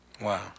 Wow